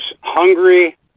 hungry